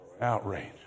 Outrage